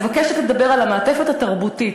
מבקשת לדבר על המעטפת התרבותית.